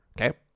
Okay